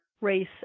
race